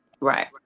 Right